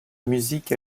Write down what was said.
musique